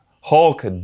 Hulk